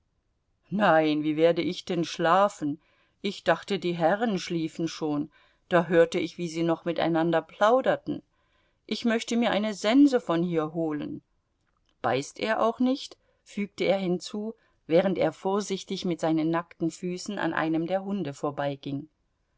nein wie werde ich denn schlafen ich dachte die herren schliefen schon da hörte ich wie sie noch miteinander plauderten ich möchte mir eine sense von hier holen beißt er auch nicht fügte er hinzu während er vorsichtig mit seinen nackten füßen an einem der hunde vorbeiging